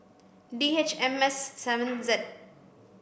D H M S seven Z